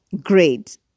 great